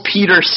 Peter